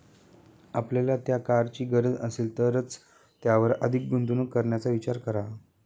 आपल्याला त्या कारची गरज असेल तरच त्यावर अधिक गुंतवणूक करण्याचा विचार करा